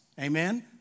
Amen